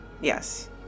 Yes